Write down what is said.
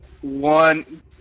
one